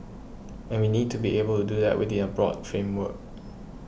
and we need to be able to do that within a broad framework